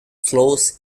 flows